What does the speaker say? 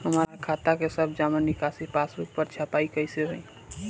हमार खाता के सब जमा निकासी पासबुक पर छपाई कैसे होई?